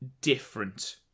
different